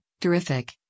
terrific